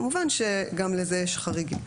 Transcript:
כמובן שגם לזה יש חריגים.